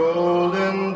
golden